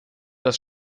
das